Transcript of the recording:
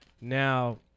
Now